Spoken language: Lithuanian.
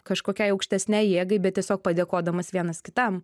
kažkokiai aukštesnei jėgai bet tiesiog padėkodamas vienas kitam